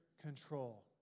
control